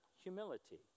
humility